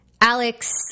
Alex